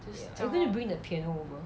are you going to bring the piano over